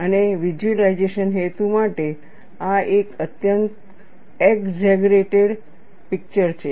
અને વિઝ્યુલાઇઝેશન હેતુ માટે આ એક અત્યંત એગઝેગરેટેડ પીકચર છે